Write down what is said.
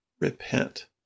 repent